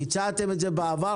ביצעתם את זה בעבר.